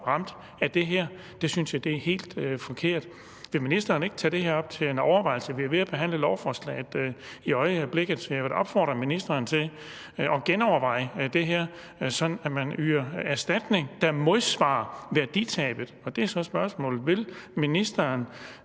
ramt af det her, og det synes jeg er helt forkert. Vil ministeren ikke tage det her op til overvejelse? Vi er ved at behandle lovforslaget i øjeblikket, så jeg vil opfordre ministeren til at genoverveje det her, sådan at man yder erstatning, der modsvarer værditabet. Og det er så spørgsmålet: Vil ministeren